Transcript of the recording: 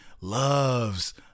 loves